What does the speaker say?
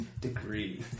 degree